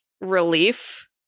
relief